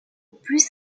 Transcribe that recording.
plus